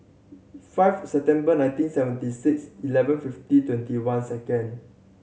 five September nineteen seventy six eleven fifty twenty one second